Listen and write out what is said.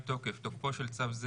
תוקף 2. תוקפו של צו זה